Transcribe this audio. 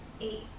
Eight